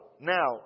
Now